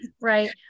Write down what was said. right